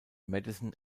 madison